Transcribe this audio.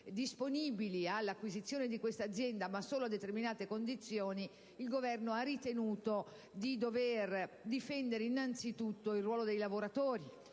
disponibili all'acquisizione di quest'azienda solo a determinate condizioni, il Governo ha ritenuto di dover difendere innanzi tutto il ruolo dei lavoratori,